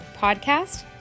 podcast